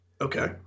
Okay